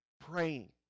praying